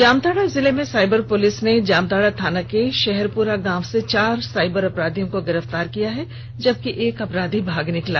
जामताड़ा जिले की cyber police ने जामताड़ा थाना के शहरपुरा गांव से चार साइबर अपराधियों को गिरफ्तार किया है जबकि एक अपराधी भाग निकला